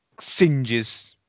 Singes